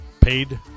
paid